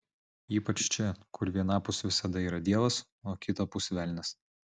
ypač čia kur vienapus visada yra dievas o kitapus velnias